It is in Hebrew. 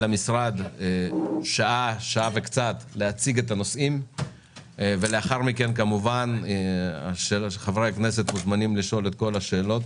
שלי חשוב, גברתי השרה, שתשימי עליהם דגש.